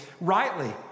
rightly